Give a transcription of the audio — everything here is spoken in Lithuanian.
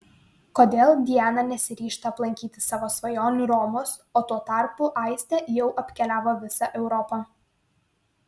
kodėl diana nesiryžta aplankyti savo svajonių romos o tuo tarpu aistė jau apkeliavo visą europą